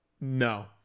No